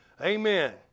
Amen